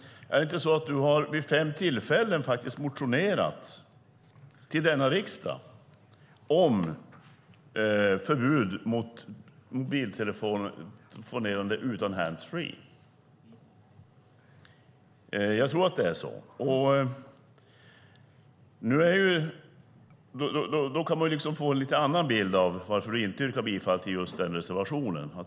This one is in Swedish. Är det inte så att du vid fem tillfällena har motionerat till denna riksdag om förbud mot mobiltelefonerande utan handsfree? Jag tror att det är så. Då kan man få en lite annan bild av varför du inte yrkar bifall till just den reservationen.